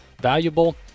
valuable